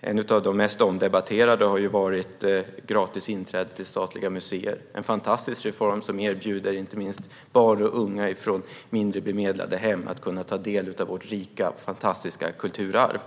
En av de mest omdebatterade har varit gratis inträde till statliga museer - en fantastisk reform som erbjuder inte minst barn och unga från mindre bemedlade hem möjlighet att kunna ta del av vårt rika, fantastiska kulturarv.